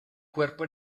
cuerpo